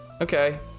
okay